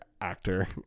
actor